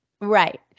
Right